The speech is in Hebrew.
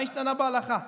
מה השתנה בהלכה?